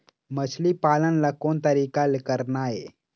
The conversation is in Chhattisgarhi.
मछली पालन ला कोन तरीका ले करना ये?